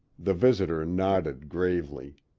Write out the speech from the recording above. the visitor nodded gravely.